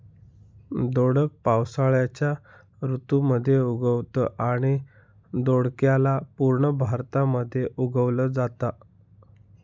दोडक पावसाळ्याच्या ऋतू मध्ये उगवतं आणि दोडक्याला पूर्ण भारतामध्ये उगवल जाता